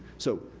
so,